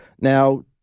Now